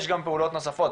יש גם פעולות נוספות,